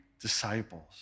disciples